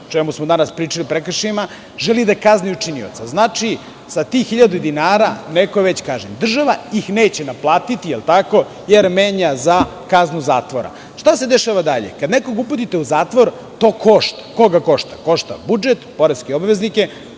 čemu smo danas pričali, želi da kazni učinioca. Znači, sa tih hiljadu dinara neko je već kažnjen. Država ih neće naplatiti jer menja za kaznu zatvora. Šta se dešava dalje? Kada nekoga uputite u zatvor to košta budžet, poreske obveznike,